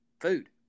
food